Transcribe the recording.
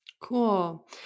Cool